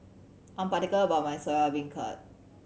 I'm particular about my Soya Beancurd